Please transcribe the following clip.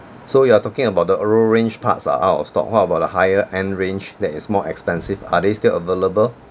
so you are talking about the lower range parts are out of stock how about a higher-end range that is more expensive are they still available